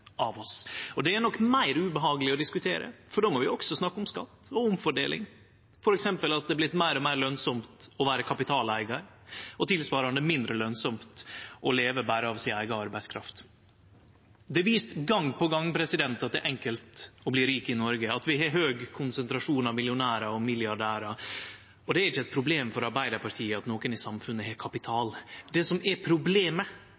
av oss. Men det er nok meir ubehageleg å diskutere, for då må vi også snakke om skatt og omfordeling, f.eks. at det er blitt meir og meir lønsamt å vere kapitaleigar og tilsvarande mindre lønsamt å leve berre av si eiga arbeidskraft. Det er vist gong på gong at det er enkelt å bli rik i Noreg, at vi har høg konsentrasjon av millionærar og milliardærar. Det er ikkje eit problem for Arbeidarpartiet at nokon i samfunnet har kapital. Det som er problemet,